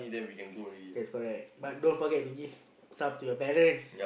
yes correct but don't forget to give some to your parents